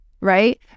right